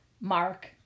mark